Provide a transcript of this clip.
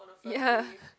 ya